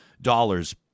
dollars